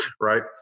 right